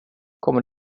kommer